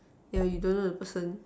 yeah you don't know the person